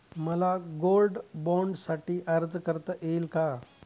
मला गोल्ड बाँडसाठी अर्ज करता येईल का?